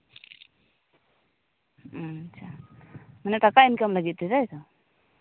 ᱟᱪᱪᱷᱟ ᱢᱟᱱᱮ ᱴᱟᱠᱟ ᱤᱱᱠᱟᱢ ᱞᱟᱹᱜᱤᱫᱛᱮ ᱛᱟᱭᱛᱚ